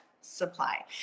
supply